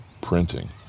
printing